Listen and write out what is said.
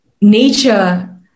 nature